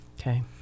Okay